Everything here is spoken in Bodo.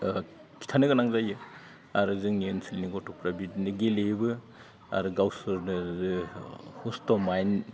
खिथानो गोनां जायो आरो जोंनि ओनसोलनि गथ'फोरा बिदिनो गेलेयोबो आरो गावसोरनो हुस्थ' माइन्द